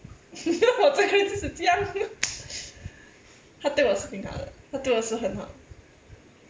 我这个人就是这样他对我是挺好的他对我是很好